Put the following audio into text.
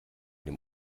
dem